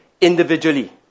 individually